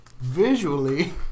visually